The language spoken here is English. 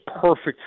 perfect